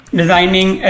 designing